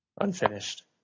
unfinished